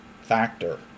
factor